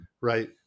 right